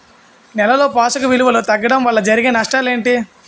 నేలలో పోషక విలువలు తగ్గడం వల్ల జరిగే నష్టాలేంటి?